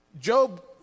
Job